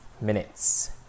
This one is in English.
minutes